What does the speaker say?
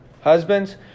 Husbands